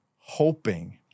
hoping